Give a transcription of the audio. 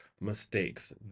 mistakes